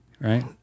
right